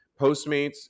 Postmates